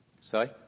Sorry